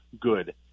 good